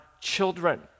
children